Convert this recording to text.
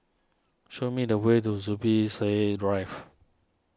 show me the way to Zubir Said Drive